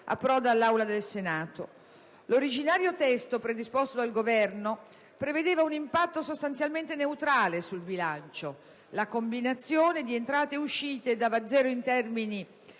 approda all'Aula del Senato. L'originario testo predisposto dal Governo prevedeva un impatto sostanzialmente neutrale sul bilancio: la combinazione di entrate e uscite dava zero in termini